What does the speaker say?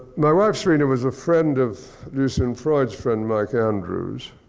my wife, serena, was a friend of lucein freud's friend, mike andrews.